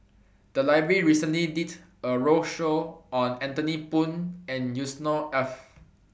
The Library recently did A roadshow on Anthony Poon and Yusnor Ef